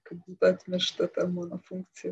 kad būtų atmiršta ta mono funkcija